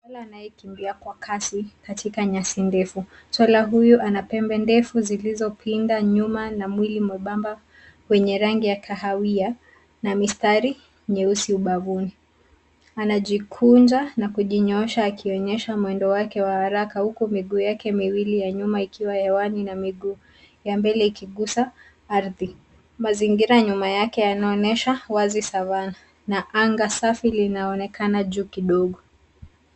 Swara anayekimbia kwa kasi katika nyasi ndefu. Swara huyu ana pembe ndefu zilizopinda nyuma na mwili mwembamba, mwenye rangi ya kahawia na mistari nyeusi ubavuni. Anajikunja na kujinyoosha, akionyesha mwendo wake wa haraka; huku miguu yake miwili ya nyuma ikiwa hewani na miguu ya mbele ikigusa ardhi. Mazingira nyuma yanaonyesha wazi savana na anga safi linaonekana juu kidogo.